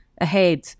ahead